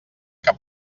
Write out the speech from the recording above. que